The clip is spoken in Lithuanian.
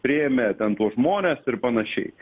priėmė ten tuos žmones ir panašiai